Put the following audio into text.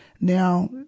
now